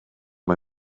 mae